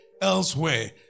elsewhere